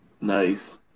Nice